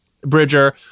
Bridger